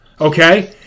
okay